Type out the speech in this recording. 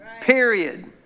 Period